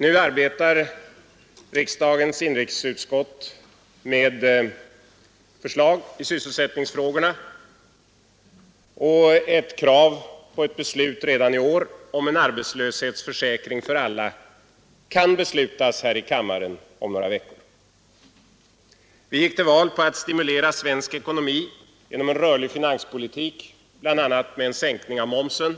Nu arbetar riksdagens inrikesutskott med förslag i sysselsättningsfrågorna, och ett krav på beslut redan i år om en arbetslöshetsförsäkring för alla kan beslutas här i kammaren om några veckor. Vi gick till val på att stimulera svensk ekonomi genom en rörlig finanspolitik, bl.a. med en sänkning av momsen.